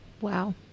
Wow